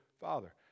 Father